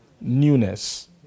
Newness